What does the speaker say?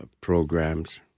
programs